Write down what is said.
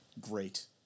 Great